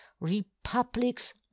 republics